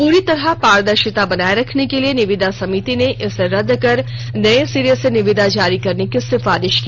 पूरी तरह पारदर्शिता बनाये रखने के लिए निविदा समिति ने इसे रद्द कर नये सिरे से निविदा जारी करने की सिफारिश की